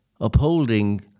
upholding